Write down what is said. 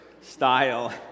style